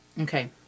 Okay